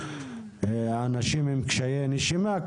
אנשים עם קשיי נשימה,